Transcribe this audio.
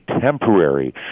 temporary